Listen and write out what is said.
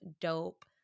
dope